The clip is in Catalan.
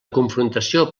confrontació